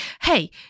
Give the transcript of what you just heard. hey